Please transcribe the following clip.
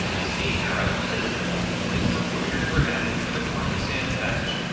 the steam era, hyndman was the place where pushers were added for the climb to sand patch.